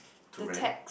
the tags